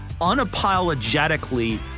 unapologetically